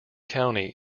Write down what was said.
county